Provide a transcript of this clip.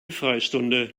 freistunde